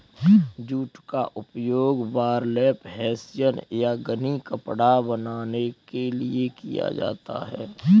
jute का उपयोग burlap hessian या गनी कपड़ा बनाने के लिए किया जाता है